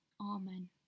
Amen